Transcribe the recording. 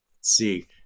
see